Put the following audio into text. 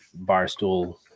barstool